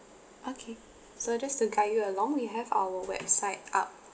okay so just to guide you along we have our website up